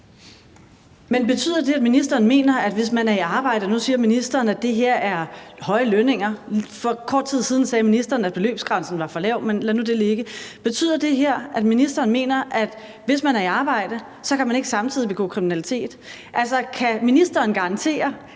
Betyder det her, at ministeren mener, at hvis man er i arbejde, kan man ikke samtidig begå kriminalitet? Altså, kan ministeren garantere,